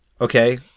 Okay